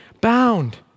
bound